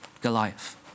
Goliath